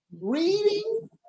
reading